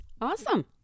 Awesome